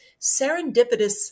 serendipitous